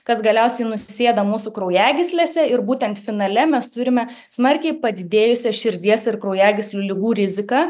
kas galiausiai nusisėda mūsų kraujagyslėse ir būtent finale mes turime smarkiai padidėjusią širdies ir kraujagyslių ligų riziką